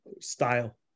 Style